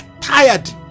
tired